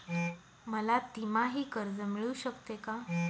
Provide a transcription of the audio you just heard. मला तिमाही कर्ज मिळू शकते का?